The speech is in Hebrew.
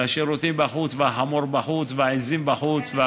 השירותים בחוץ, החמור בחוץ והעיזים בחוץ.